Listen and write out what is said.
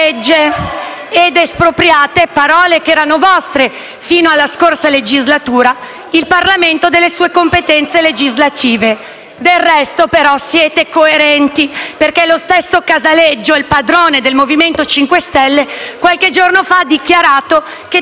ed espropriate - parole che erano vostre fino alla scorsa legislatura - il Parlamento delle sue competenze legislative. Del resto, però, siete coerenti, perché lo stesso Casaleggio, il padrone del MoVimento 5 Stelle, qualche giorno fa ha dichiarato che,